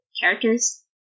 Characters